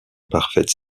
parfaite